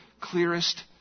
clearest